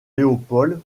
léopold